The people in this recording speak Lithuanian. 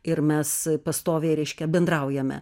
ir mes pastoviai reiškia bendraujame